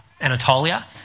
Anatolia